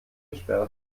gesperrt